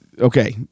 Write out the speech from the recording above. okay